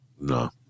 No